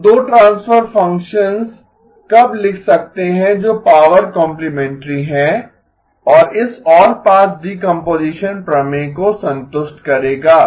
हम 2 transfer functions कब लिख सकते हैं जो पॉवर कॉम्प्लिमेंटरी हैं और इस ऑलपास डीकम्पोजीशन प्रमेय को संतुष्ट करेगा